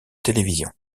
télévision